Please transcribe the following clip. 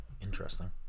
Interesting